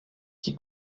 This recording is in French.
qui